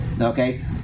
okay